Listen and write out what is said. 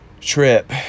trip